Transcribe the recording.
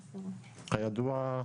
כידוע,